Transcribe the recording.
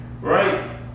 right